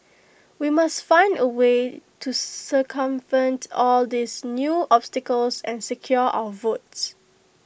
we must find A way to circumvent all these new obstacles and secure our votes